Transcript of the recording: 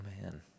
man